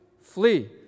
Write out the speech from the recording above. Flee